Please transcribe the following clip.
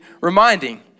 reminding